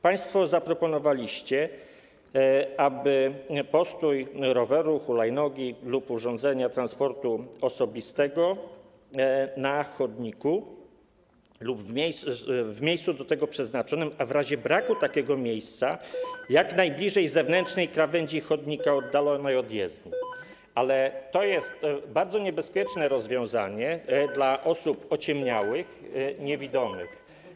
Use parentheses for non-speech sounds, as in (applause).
Państwo zaproponowaliście postój roweru, hulajnogi lub urządzenia transportu osobistego na chodniku lub w miejscu do tego przeznaczonym, a w razie braku takiego miejsca (noise) jak najbliżej zewnętrznej krawędzi chodnika oddalonej od jezdni, ale to jest bardzo niebezpieczne rozwiązanie dla osób ociemniałych, niewidomych.